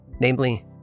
namely